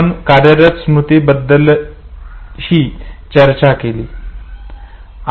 आपण कार्यरत स्मृतीबद्दलही चर्चा केली